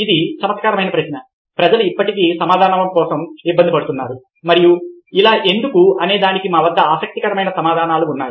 ఇది చమత్కారమైన ప్రశ్న ప్రజలు ఇప్పటికీ సమాధానాల కోసం ఇబ్బంది పడుతున్నారు మరియు ఇలా ఎందుకు అనేదానికి మా వద్ద ఆసక్తికరమైన సమాధానాలు ఉన్నాయి